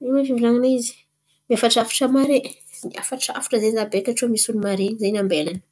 fivolan̈a izy? Miafatrafatra mare, miafatrafatra za beka misy maren̈y zen̈y ambelany.